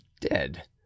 dead